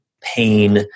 pain